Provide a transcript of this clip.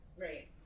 Right